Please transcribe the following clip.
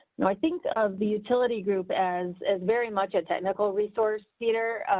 no, i think of the utility group as as very much a technical resource theater.